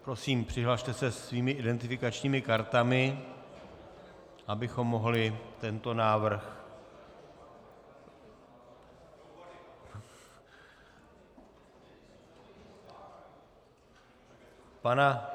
Prosím, přihlaste se svými identifikačními kartami, abychom mohli tento návrh hlasovat.